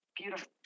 beautiful